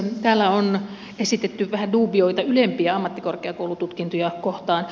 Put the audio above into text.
täällä on esitetty vähän dubioita ylempiä ammattikorkeakoulututkintoja kohtaan